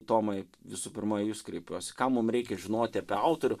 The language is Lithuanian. tomai visų pirma į jus kreipiuosi ką mum reikia žinoti apie autorių